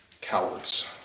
Cowards